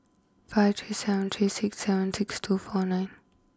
five three seven three six seven six two four nine